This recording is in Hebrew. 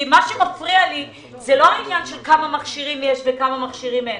מה שמפריע לי זה לא כמה מכשירים יש וכמה מכשירים אין,